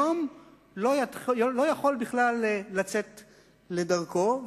"שתי מדינות לשני עמים" היום לא יכול בכלל לצאת לדרכו,